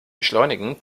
beschleunigen